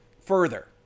further